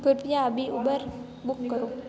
कृपया अभी Uber book करो